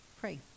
pray